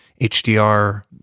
HDR